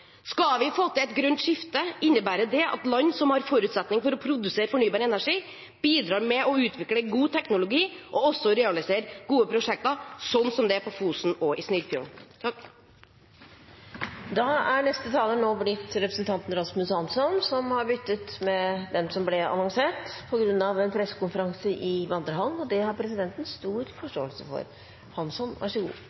Skal vi få til et grønt skifte, innebærer det at land som har forutsetning for å produsere fornybar energi, bidrar med å utvikle god teknologi og realisere gode prosjekter, som det på Fosen og i Snillfjord. Da er neste taler nå blitt representanten Rasmus Hansson, som har byttet med den som ble annonsert, på grunn av en pressekonferanse i vandrehallen. Det har presidenten stor forståelse for.